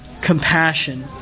compassion